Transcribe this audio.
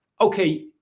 okay